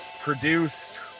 produced